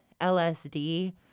LSD